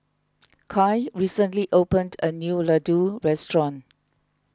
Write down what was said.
Kai recently opened a new Ladoo restaurant